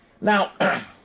Now